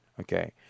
okay